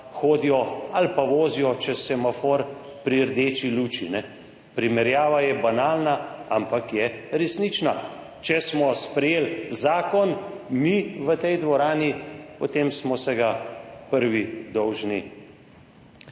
hodijo ali pa vozijo čez semafor pri rdeči luči. Primerjava je banalna, ampak je resnična. Če smo sprejeli zakon, mi, v tej dvorani, potem smo ga prvi dolžni